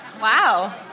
Wow